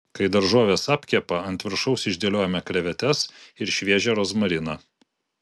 kai daržovės apkepa ant viršaus išdėliojame krevetes ir šviežią rozmariną